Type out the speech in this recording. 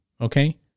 Okay